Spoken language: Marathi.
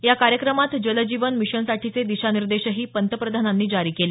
या कार्यक्रमात जलजीवन मिशनसाठीचे दिशानिर्देशही पंतप्रधानांनी जारी केले